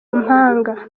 mpanga